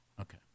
Okay